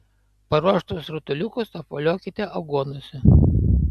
paruoštus rutuliukus apvoliokite aguonose